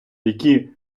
які